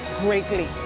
greatly